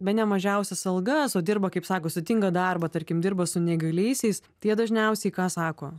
bene mažiausias algas o dirba kaip sako sudėtingą darbą tarkim dirba su neįgaliaisiais tai jie dažniausiai ką sako